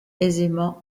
aisément